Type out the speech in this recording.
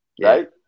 Right